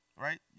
Right